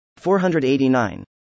489